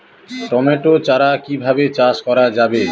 Tomato চারা কিভাবে চাষ করা যাবে?